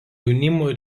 jaunimo